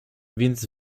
więc